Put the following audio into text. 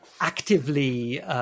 actively